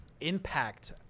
impact